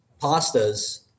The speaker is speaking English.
pastas